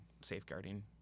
safeguarding